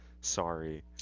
Sorry